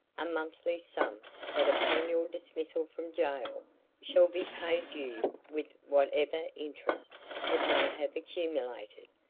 a monthly sum that upon your dismissal from jail shall be paid you with whatever interest it may have accumulated.